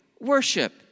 worship